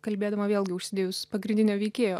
kalbėdama vėlgi užsidėjus pagrindinio veikėjo